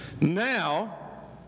Now